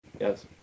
Yes